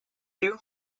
you